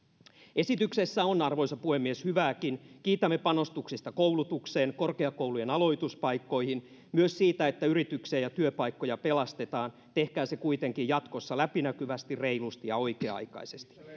esityksessä on arvoisa puhemies hyvääkin kiitämme panostuksista koulutukseen korkeakoulujen aloituspaikkoihin ja myös siitä että yrityksiä ja työpaikkoja pelastetaan tehkää se kuitenkin jatkossa läpinäkyvästi reilusti ja oikea aikaisesti